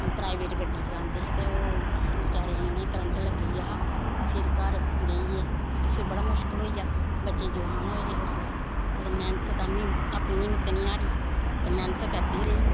private गड्डी चलांदे हे ते ओह् बचैरें उ'नेंगी क्रंट लग्गी गेआ हा फिर घर बेही गे ते फिर बड़ा मुश्कल होई गेआ बच्चे जुआन होए दे हे उसलै पर मैंहनत ताम्मीं अपनी हिम्मत नी हारी ते मैह्नत करदी रेही